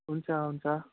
हुन्छ हुन्छ